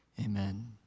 Amen